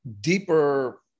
deeper